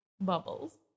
bubbles